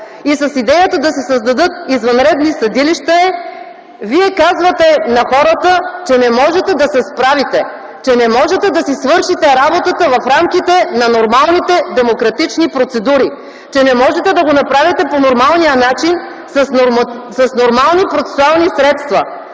и с идеята да се създадат извънредни съдилища, е, че не можете да се справите, че не можете да си свършите работата в рамките на нормалните демократични процедури, че не можете да го направите по нормалния начин с нормални процесуални средства.